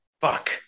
Fuck